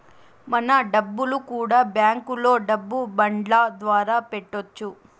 మన డబ్బులు కూడా బ్యాంకులో డబ్బు బాండ్ల ద్వారా పెట్టొచ్చు